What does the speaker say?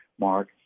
Mark